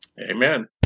Amen